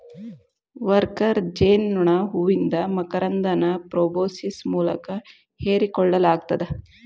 worker ಜೇನನೋಣ ಹೂವಿಂದ ಮಕರಂದನ ಪ್ರೋಬೋಸಿಸ್ ಮೂಲಕ ಹೇರಿಕೋಳ್ಳಲಾಗತ್ತದ